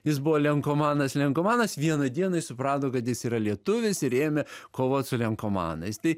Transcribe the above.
jis buvo lenkomanas lenkomanas vieną dieną jis suprato kad jis yra lietuvis ir ėmė kovot su lenkomanais tai